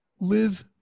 live